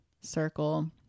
circle